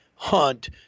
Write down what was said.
Hunt